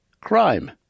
crime